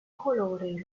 colore